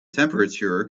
temperature